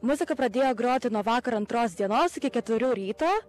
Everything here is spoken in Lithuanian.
muzika pradėjo groti nuo vakar antros dienos iki keturių ryto